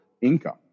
income